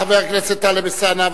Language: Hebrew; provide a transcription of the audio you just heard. חבר הכנסת טלב אלסאנע,